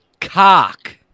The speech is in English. cock